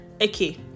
Okay